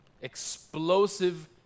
explosive